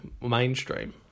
mainstream